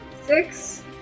six